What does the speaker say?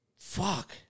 Fuck